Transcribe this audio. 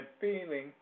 feeling